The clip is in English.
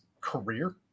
career